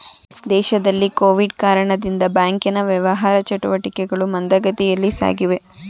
ದೇಶದಲ್ಲಿ ಕೊವಿಡ್ ಕಾರಣದಿಂದ ಬ್ಯಾಂಕಿನ ವ್ಯವಹಾರ ಚಟುಟಿಕೆಗಳು ಮಂದಗತಿಯಲ್ಲಿ ಸಾಗಿವೆ